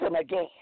again